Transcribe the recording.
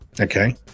Okay